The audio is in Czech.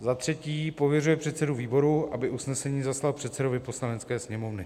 III. pověřuje předsedu výboru, aby usnesení zaslal předsedovi Poslanecké sněmovny.